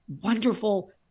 wonderful